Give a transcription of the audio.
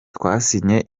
twasinye